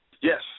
Yes